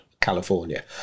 California